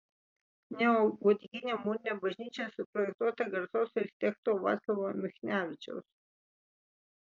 neogotikinė mūrinė bažnyčia suprojektuota garsaus architekto vaclovo michnevičiaus